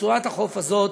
רצועת החוף הזאת,